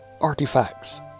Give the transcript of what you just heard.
artifacts